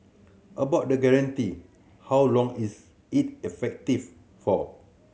about the guarantee how long is it effective for